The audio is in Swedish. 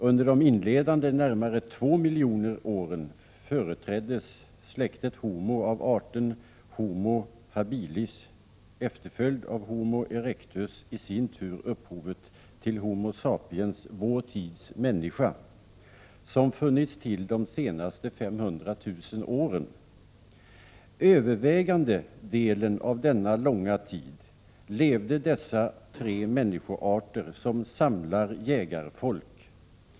Under de inledande närmare 2 miljoner åren företräddes släktet homo av arten homo habilis, efterföljd av homo erectus, i sin tur upphovet till homo sapiens — vår tids människa, som funnits till de senaste 500 000 åren. Övervägande delen av denna långa tid levde dessa tre människoarter som samlar-jägar-folk.